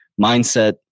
mindset